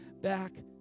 back